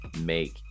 make